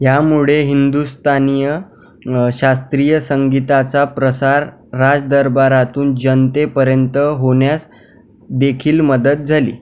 ह्यामुळे हिंदुस्थानीय शास्त्रीय संगीताचा प्रसार राजदरबारातून जनतेपर्यंत होण्यास देखील मदत झाली